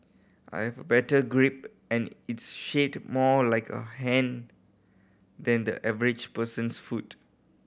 I've better grip and it's shaped more like a hand than the average person's foot